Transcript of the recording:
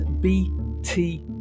bt